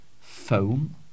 foam